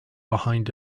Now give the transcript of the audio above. behind